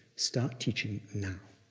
start teaching now.